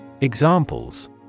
Examples